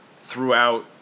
throughout